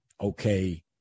okay